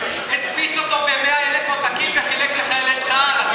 הדפיס אותו ב-100,000 עותקים וחילק אותו לחיילי צה"ל.